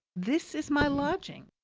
this is my lodging.